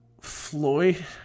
Floyd